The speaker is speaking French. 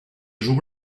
jour